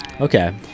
Okay